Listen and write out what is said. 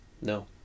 no